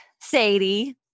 Sadie